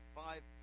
five